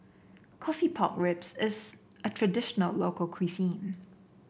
coffee Pork Ribs is a traditional local cuisine